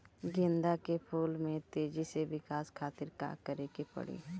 गेंदा के फूल में तेजी से विकास खातिर का करे के पड़ी?